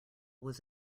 was